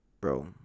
bro